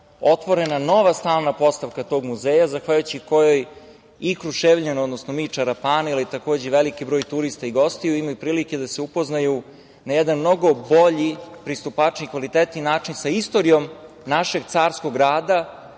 otvorena nova stalna postavka tog muzeja, zahvaljujući kojoj i Kruševljani, odnosno mi Čarapani, takođe veliki broj turista i gostiju imaju prilike da se upoznaju na jedan mnogo bolji, pristupačniji, kvalitetniji način sa istorijom našeg carskog grada,